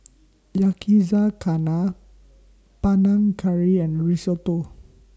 Yakizakana Panang Curry and Risotto